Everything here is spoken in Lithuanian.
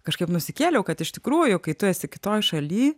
kažkaip nusikėliau kad iš tikrųjų kai tu esi kitoj šaly